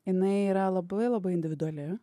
jinai yra labai labai individuali